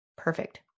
perfect